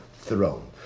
throne